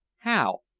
how?